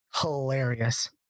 hilarious